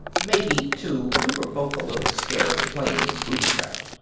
maybe, too, we were both a little scared the plane was booby-trapped.